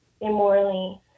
immorally